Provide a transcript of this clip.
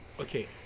Okay